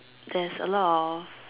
there's a lot of